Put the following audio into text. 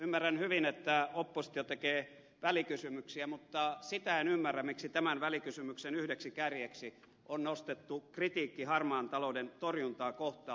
ymmärrän hyvin että oppositio tekee välikysymyksiä mutta sitä en ymmärrä miksi tämän välikysymyksen yhdeksi kärjeksi on nostettu kritiikki harmaan talouden torjuntaa kohtaan